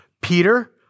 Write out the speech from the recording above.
Peter